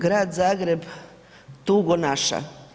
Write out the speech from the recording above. Grad Zagreb, tugo naša.